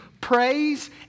praise